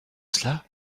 cela